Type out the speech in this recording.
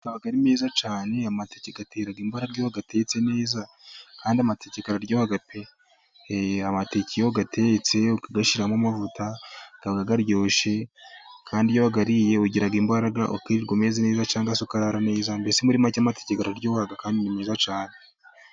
Amateke aba ari meza cyane, amateke atera imbaraga, iyo atetse neza kandi amakeke araryoha pe amateke iyo atetse ukagashyiramo amavuta aba aryoshye, kandi iyo wayariye ugira imbaraga ukirikwirirwa umeze neza cyangwa se ukarara mbese muri make araryoga kandi ni mwiza cyane.